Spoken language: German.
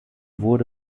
wurde